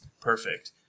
perfect